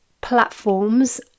platforms